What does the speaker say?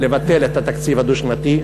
לבטל את התקציב הדו-שנתי,